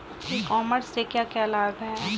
ई commerce से क्या क्या लाभ हैं?